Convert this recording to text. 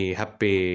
happy